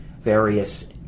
various